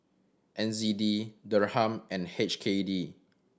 N Z D Dirham and H K D